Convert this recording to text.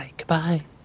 goodbye